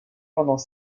pendant